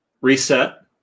reset